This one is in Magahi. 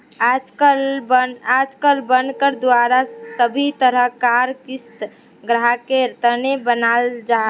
आजकल बनकर द्वारा सभी तरह कार क़िस्त ग्राहकेर तने बनाल जाहा